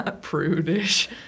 prudish